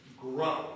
grow